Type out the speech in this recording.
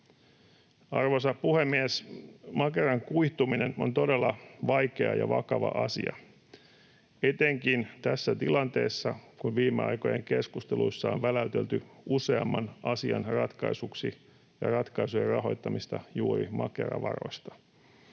Arvoisa puhemies! Makeran kuihtuminen on todella vaikea ja vakava asia etenkin tässä tilanteessa, kun viime aikojen keskusteluissa on väläytelty useamman asian ratkaisujen rahoittamista juuri Makera-varoista.